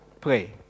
pray